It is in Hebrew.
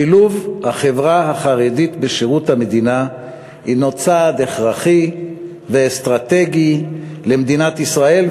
שילוב החברה החרדית בשירות המדינה הנו צעד הכרחי ואסטרטגי למדינת ישראל,